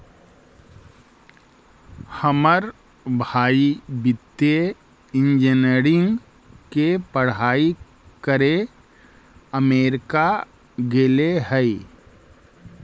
हमर भाई वित्तीय इंजीनियरिंग के पढ़ाई करे अमेरिका गेले हइ